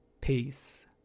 Peace